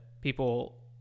people